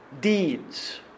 deeds